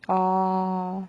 orh